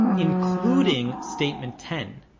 including statement ten.